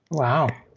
wow.